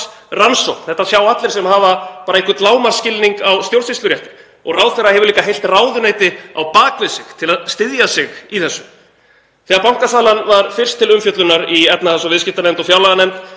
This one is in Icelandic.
Þetta sjá allir sem hafa einhvern lágmarksskilning á stjórnsýslurétti og ráðherra hefur líka heilt ráðuneyti á bak við sig til stuðnings í þessu. Þegar bankasalan var fyrst til umfjöllunar í hv. efnahags- og viðskiptanefnd og fjárlaganefnd